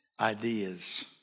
ideas